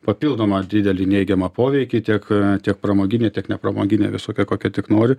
papildomą didelį neigiamą poveikį tiek tiek pramoginė tiek nepramoginė visokia kokia tik nori